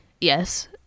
yes